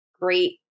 great